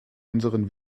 unseren